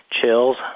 chills